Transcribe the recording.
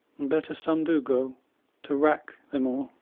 and better some do go to wrack them all.